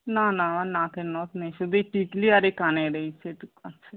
না না আমার নাকের নথ নেই শুধু এই টিকলি আর এই কানের এই সেট আছে